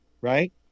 right